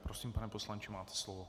Prosím, pane poslanče, máte slovo.